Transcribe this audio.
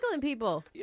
people